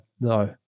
no